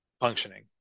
functioning